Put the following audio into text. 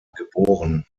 geboren